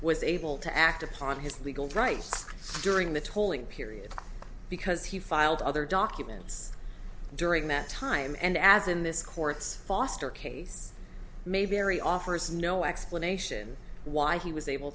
was able to act upon his legal rights during the tolling period because he filed other documents during that time and as in this court's foster case may vary offers no explanation why he was able